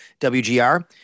WGR